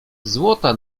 złota